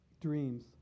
Dreams